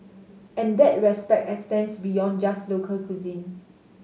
and that respect extends beyond just local cuisine